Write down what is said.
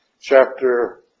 chapter